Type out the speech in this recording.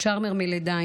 צ'ארמר מלידה,